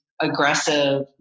aggressive